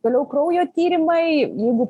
vėliau kraujo tyrimai jeigu